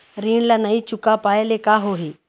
ऋण ला नई चुका पाय ले का होही?